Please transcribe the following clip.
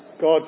God